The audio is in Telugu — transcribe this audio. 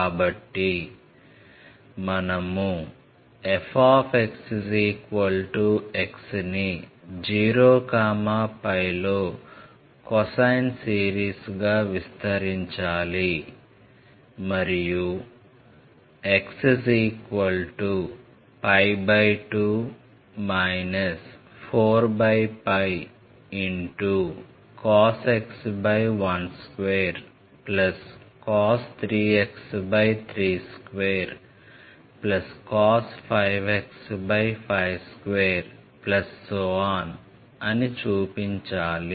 కాబట్టి మనము f x ని 0πలో కొసైన్ సిరీస్గా విస్తరించాలి మరియు x2 4cos x 12cos 3x 32cos 5x 52 అని చూపించాలి